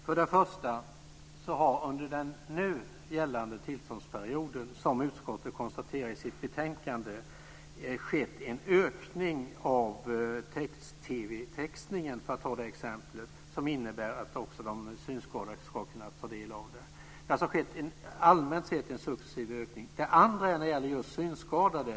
Fru talman! Det har för det första under den nu gällande tillståndsperioden, som utskottet konstaterar i sitt betänkandet, skett en ökning av text-TV textning, för att ta det exemplet. Det innebär att också de synskadade ska kunna ta del av programmen. Det har alltså allmänt sett skett en successiv ökning. Det andra gäller just de synskadade.